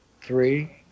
three